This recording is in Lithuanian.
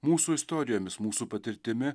mūsų istorijomis mūsų patirtimi